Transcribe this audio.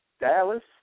Dallas